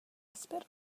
espero